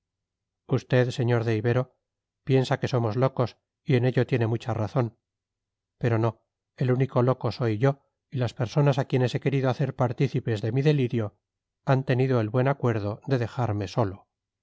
usted sr de ibero piensa que somos locos y en ello tiene mucha razón pero no el único loco soy yo y las personas a quienes he querido hacer partícipes de mi delirio han tenido el buen acuerdo de dejarme solo